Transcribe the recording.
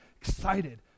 excited